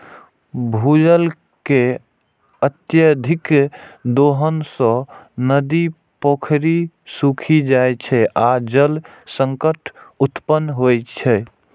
भूजल के अत्यधिक दोहन सं नदी, पोखरि सूखि जाइ छै आ जल संकट उत्पन्न होइ छै